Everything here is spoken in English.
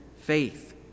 faith